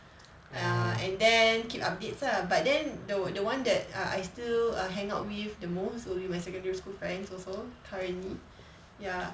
ah and then keep updates lah but then the the one that err I still err hang out with the most will be my secondary school friends also currently ya